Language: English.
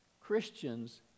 Christians